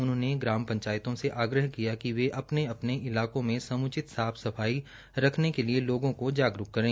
उन्होंने ग्राम पंचायतों से आग्रह किया कि वे अपने अपने इलाकों में सम्चित साफ सफाई रखने के लिए लोगों को जागरूक करें